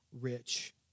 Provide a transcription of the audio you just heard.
rich